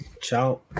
Ciao